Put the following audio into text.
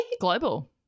Global